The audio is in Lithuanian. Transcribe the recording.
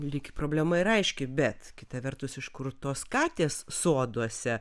lyg problema ir aiški bet kita vertus iš kur tos katės soduose